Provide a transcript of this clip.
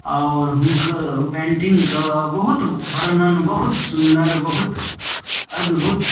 आओर हुनकर पैंटिंगके बहुत बर्णन बहुत सुन्दर बहुत अद्भुत